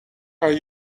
are